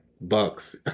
Bucks